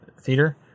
theater